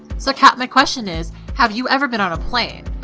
so kat, my question is have you ever been on a plane?